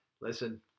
listen